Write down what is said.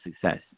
success